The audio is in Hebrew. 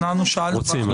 רוצים.